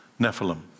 Nephilim